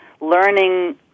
learning